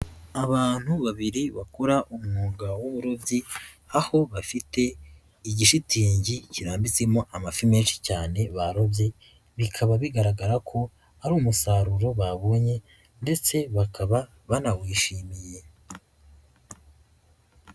Abantu babiri bakora umwuga w'uburobyi, aho bafite igishitingi kirambitsemo amafi menshi cyane barobye, bikaba bigaragara ko ari umusaruro babonye ndetse bakaba banawishimiye.